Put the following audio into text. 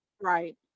Right